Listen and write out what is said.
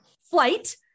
flight